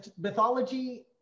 mythology